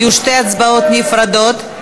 יהיו שתי הצבעות נפרדות.